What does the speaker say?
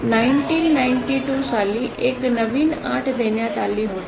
१९९२ साली एक नवीन अट देण्यात आली होती